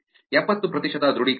ಎಪ್ಪತ್ತು ಪ್ರತಿಶತ ದೃಢೀಕರಣಗಳು